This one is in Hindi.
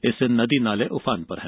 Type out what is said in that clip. इससे नदी नाले उफान पर हैं